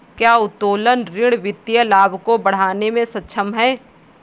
क्या उत्तोलन ऋण वित्तीय लाभ को बढ़ाने में सक्षम है?